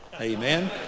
Amen